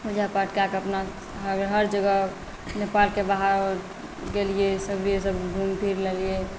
पूजापाठ कए कऽ अपना हर जगह नेपालके बाहर गेलियै सभ जगह सभ घुमि फिर लेलियै